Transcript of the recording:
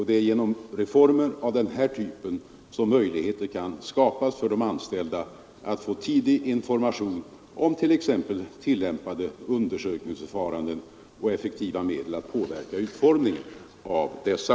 Det är genom reformer av den här typen som möjligheter kan skapas för de anställda att få tidig information om t.ex. tillämpade undersökningsförfaranden och effektiva medel att påverka utformningen av dessa.